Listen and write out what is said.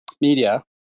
media